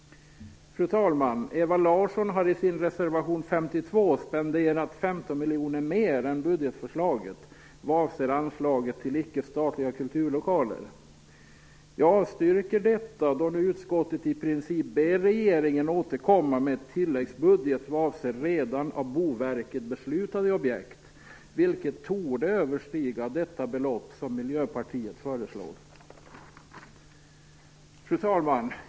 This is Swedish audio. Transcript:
Fru talman! Ewa Larsson har i reservation 52 spenderat 15 miljoner mer än budgetförslaget vad avser anslaget till icke-statliga kulturlokaler. Jag avstyrker detta, då nu utskottet i princip ber regeringen återkomma med tilläggsbudget vad avser av Boverket redan beslutade objekt, vilket torde överstiga det belopp som Miljöpartiet föreslår. Fru talman!